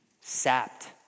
sapped